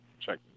check